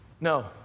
No